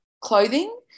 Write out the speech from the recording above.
clothing